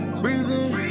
breathing